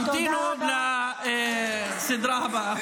תמתינו לסדרה הבאה.